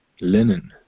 linen